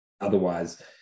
otherwise